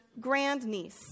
grandniece